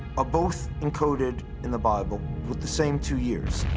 ah both encoded in the bible with the same two years,